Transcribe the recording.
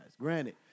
granted